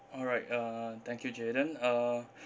alright uh thank you jayden uh